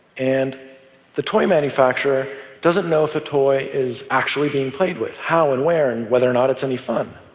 and the toy manufacturer doesn't know if a toy is actually being played with how and where and whether or not it's any fun.